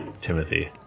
Timothy